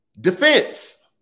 Defense